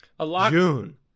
June